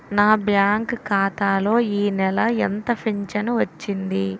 నా బ్యాంక్ ఖాతా లో ఈ నెల ఎంత ఫించను వచ్చింది?